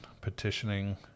petitioning